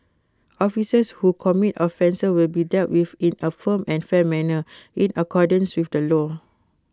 officers who commit offences will be dealt with in A firm and fair manner in accordance with the law